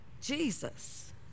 Jesus